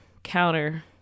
counter